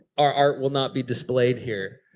our art will not be displayed here.